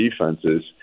defenses